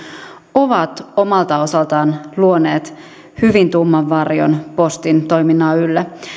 ovat omalta osaltaan luoneet hyvin tumman varjon postin toiminnan ylle